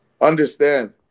understand